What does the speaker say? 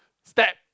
stab